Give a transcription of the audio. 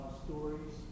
stories